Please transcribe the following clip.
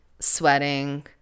Sweating